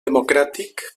democràtic